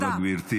תודה רבה, גברתי.